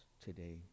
today